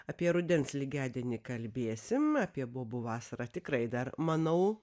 apie rudens lygiadienį kalbėsim apie bobų vasara tikrai dar manau